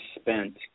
spent